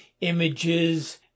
images